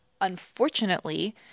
unfortunately